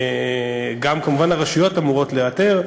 גם כמובן הרשויות אמורות לאתר,